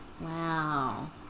Wow